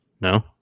No